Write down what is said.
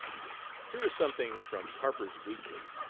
here is something from harper's weekly.